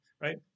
Right